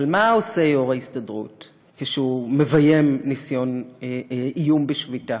אבל מה עושה יו"ר ההסתדרות כשהוא מביים ניסיון איום בשביתה?